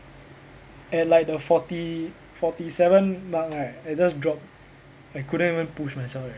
and like the forty forty seven mark right I just drop I couldn't even push myself eh